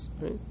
right